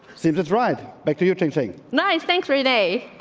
seems it's right back to you. take things nice. thanks for today.